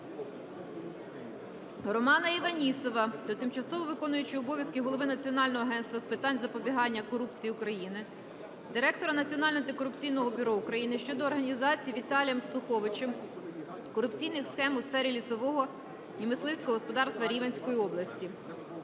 Романа Іванісова до тимчасово виконуючої обов'язки Голови Національного агентства з питань запобігання корупції України, Директора Національного антикорупційного бюро України щодо організації Віталієм Суховичем корупційних схем у сфері лісового і мисливського господарства Рівненської області.